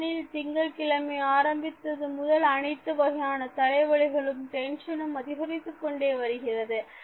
ஏனெனில் திங்கள்கிழமை ஆரம்பித்தது முதல் அனைத்து வகையான தலைவலிகளும் டென்ஷனும் அதிகரித்துக்கொண்டே வருகிறது